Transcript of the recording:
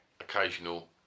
occasional